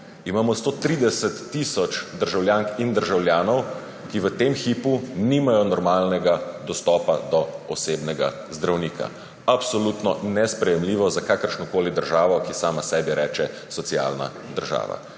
Imamo 130 tisoč državljank in državljanov, ki v tem hipu nimajo normalnega dostopa do osebnega zdravnika. Absolutno nesprejemljivo za kakršnokoli državo, ki sama sebi reče socialna država.